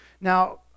Now